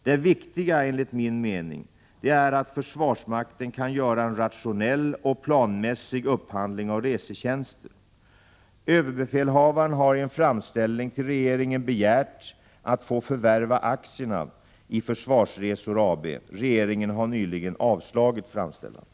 Det viktiga är enligt min mening att försvarsmakten kan göra en rationell och planmässig upphandling av resetjänster. Överbefälhavaren har i en framställning till regeringen begärt att få förvärva aktierna i Försvarsresor AB. Regeringen har nyligen avslagit framställningen.